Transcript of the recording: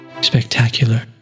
Spectacular